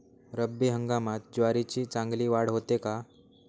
रब्बी हंगामात ज्वारीची चांगली वाढ होते का?